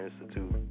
institute